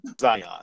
Zion